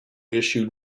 issued